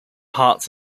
hearts